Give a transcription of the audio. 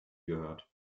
gehört